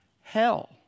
hell